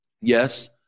yes